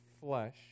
flesh